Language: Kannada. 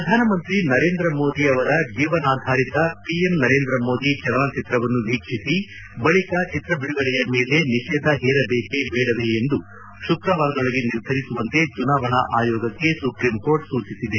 ಪ್ರಧಾನ ನರೇಂದ್ರ ಮೋದಿ ಜೀವನಾಧಾರಿತ ಒಎಂ ನರೇಂದ್ರ ಮೋದಿ ಚಲನಚಿತ್ರವನ್ನು ವೀಕ್ಷಿಸಿ ಬಳಿಕ ಚಿತ್ರ ಬಿಡುಗಡೆಯ ಮೇಲೆ ನಿಷೇಧ ಹೇರಬೇಕೆ ಬೇಡವೇ ಎಂದು ಶುಕ್ರವಾರದೊಳಗೆ ನಿರ್ಧರಿಸುವಂತೆ ಚುನಾವಣಾ ಆಯೋಗಕ್ಕೆ ಸುಪ್ರೀಂಕೋರ್ಟ್ ಸೂಚಿಸಿದೆ